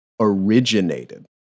originated